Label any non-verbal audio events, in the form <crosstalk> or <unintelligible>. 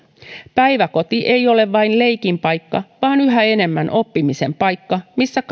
päiväkoti ei ole vain leikin paikka vaan yhä enemmän oppimisen paikka missä <unintelligible>